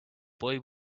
boy